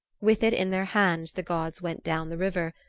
with it in their hands the gods went down the river,